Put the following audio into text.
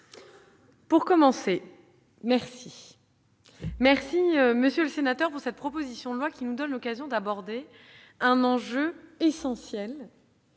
pour commencer, merci : merci pour cette proposition de loi qui nous donne l'occasion d'aborder un enjeu essentiel,